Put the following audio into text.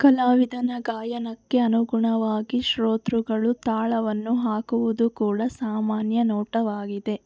ಕಲಾವಿದನ ಗಾಯನಕ್ಕೆ ಅನುಗುಣವಾಗಿ ಶ್ರೋತೃಗಳು ತಾಳವನ್ನು ಹಾಕುವುದು ಕೂಡ ಸಾಮಾನ್ಯ ನೋಟವಾಗಿದೆ